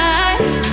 eyes